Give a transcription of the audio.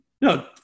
no